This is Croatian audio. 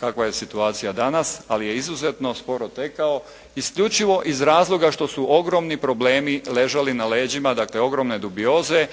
kakva je situacija danas, ali je izuzetno sporo tekao, isključivo iz razloga što su ogromni problemi ležali na leđima, dakle, ogromne dubioze,